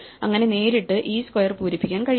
അങ്ങനെ നേരിട്ട് ഈ സ്ക്വയർ പൂരിപ്പിക്കാൻ കഴിയില്ല